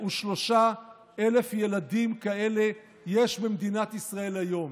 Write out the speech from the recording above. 23,000 ילדים כאלה יש במדינת ישראל היום.